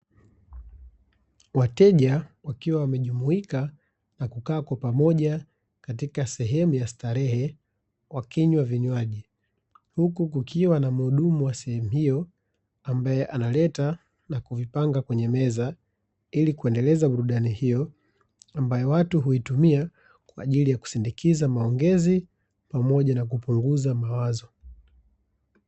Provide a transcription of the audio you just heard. Wateja wakiwa wamejumuika na kukaa kwa pamoja katika sehemu ya starehe wakinywa vinywaji, huku kukiwa na mhudumu wa sehemu hiyo ambaye analeta na kuvipanga kwenye meza ili kuendeleza burudani hiyo ambayo watu huitumia kwa ajili ya kusindikiza maongezi pamoja na kupunguza mawazo.